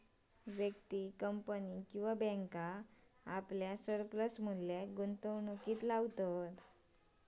व्यक्ती, कंपनी किंवा बॅन्क आपल्या सरप्लस मुल्याक गुंतवणुकीत लावतत